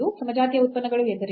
ಸಮಜಾತೀಯ ಉತ್ಪನ್ನಗಳು ಎಂದರೇನು